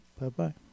bye-bye